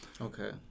Okay